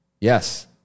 yes